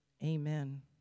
Amen